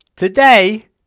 Today